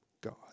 God